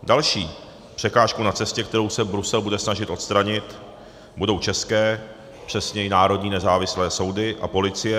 Další překážkou na cestě, kterou se Brusel bude snažit odstranit, budou české, přesněji národní nezávislé soudy a policie.